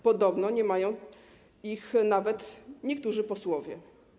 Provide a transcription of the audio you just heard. Podobno nie mają ich nawet niektórzy posłowie.